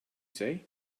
say